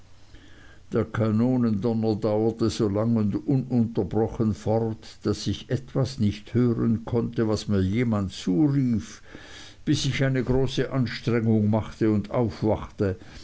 der kanonendonner dauerte so lang und ununterbrochen fort daß ich etwas nicht hören konnte was mir jemand zurief bis ich eine große anstrengung machte und aufwachte